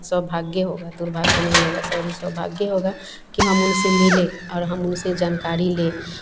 सौभाग्य होगा दुर्भाग्य नहीं होगा सॉरी सौभाग्य होगा कि हम उनसे मिलें और हम उनसे जानकारी लें